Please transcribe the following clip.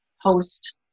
host